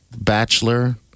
bachelor